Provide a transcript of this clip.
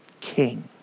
king